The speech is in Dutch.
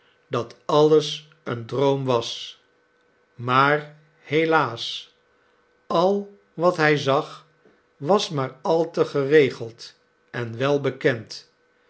dat alles een droom was maar helaas al wat hij zag was maar al te geregeld en welbekend